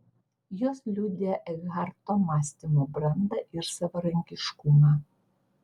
jos liudija ekharto mąstymo brandą ir savarankiškumą